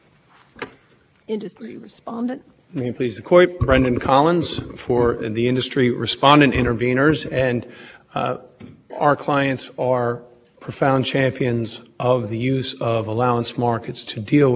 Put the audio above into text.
power plants in all those states compete on a level playing field that's important for air pollution as well as it is for economics electricity takes no heed of state borders one power demand exists